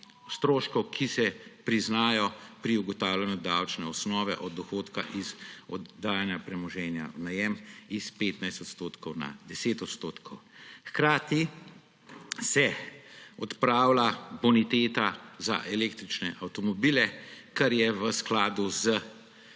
stroškov, ki se priznajo pri ugotavljanju davčne osnove od dohodka iz oddajanja premoženja v najem s 15 odstotkov na 10 odstotkov. Hkrati se odpravlja boniteta za električne avtomobile, kar je v skladu z